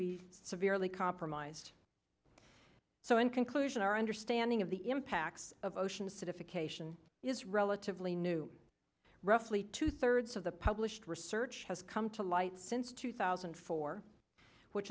be severely compromised so in conclusion our understanding of the impacts of ocean acidification is relatively new roughly two thirds of the published research has come to light since two thousand and four which